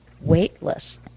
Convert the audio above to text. weightless